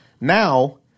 Now